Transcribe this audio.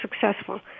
successful